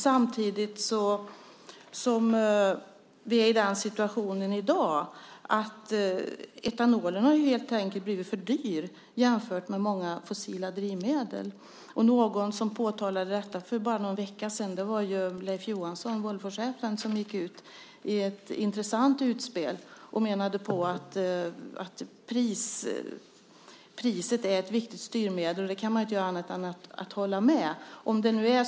Samtidigt är vi i den situationen i dag att etanolen helt enkelt har blivit för dyr jämfört med många fossila drivmedel. Någon som påtalade detta för bara någon vecka sedan var ju Volvochefen Leif Johansson, som gick ut i ett intressant utspel och menade att priset är ett viktigt styrmedel. Det kan man inte annat än hålla med om.